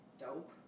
dope